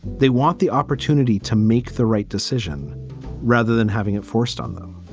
they want the opportunity to make the right decision rather than having it forced on them.